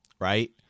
right